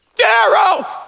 Daryl